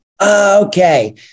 okay